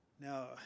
Now